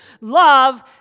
Love